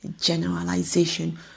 generalization